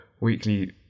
weekly